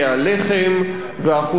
וה-1% הזה יהיה על מים,